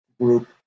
group